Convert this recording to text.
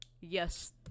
yes